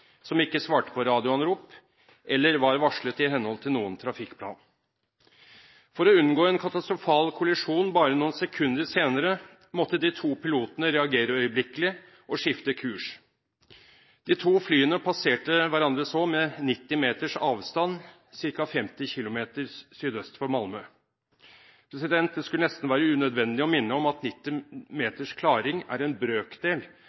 som ikke svarte på radioanrop eller var varslet i henhold til noen trafikkplan. For å unngå en katastrofal kollisjon bare noen sekunder senere måtte de to pilotene reagere øyeblikkelig og skifte kurs. De to flyene passerte så hverandre med 90 meters avstand, ca. 50 km sydøst for Malmø. Det skulle nesten være unødvendig å minne om at 90 meters klaring er en brøkdel